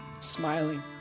smiling